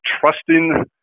trusting